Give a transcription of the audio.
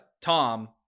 Tom